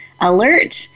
alert